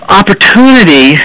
opportunity